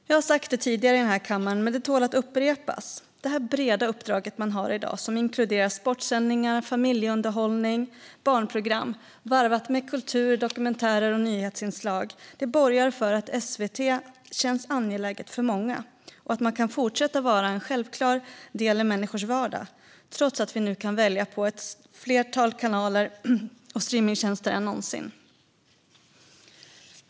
Jag har sagt det tidigare här i kammaren, men det tål att upprepas, nämligen att det breda uppdraget i dag som inkluderar sportsändningar, familjeunderhållning och barnprogram varvat med kultur, dokumentärer och nyhetsinslag borgar för att SVT känns angeläget för många och att det kan fortsätta att vara en självklar del i människors vardag, trots att vi kan välja bland fler kanaler och streamingtjänster än någonsin.